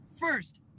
first